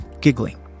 giggling